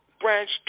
branch